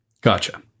Gotcha